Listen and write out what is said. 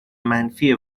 منفی